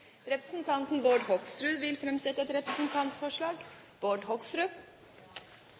Representanten Bård Hoksrud vil framsette et representantforslag.